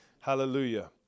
hallelujah